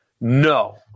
No